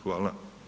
Hvala.